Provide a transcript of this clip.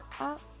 up